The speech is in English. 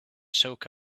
soak